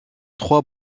trois